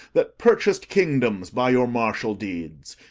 that purchas'd kingdoms by your martial deeds,